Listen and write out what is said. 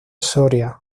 soria